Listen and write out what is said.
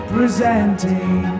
Presenting